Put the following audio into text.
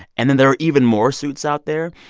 and then there are even more suits out there.